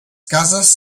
cases